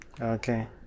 Okay